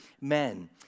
men